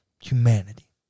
Humanity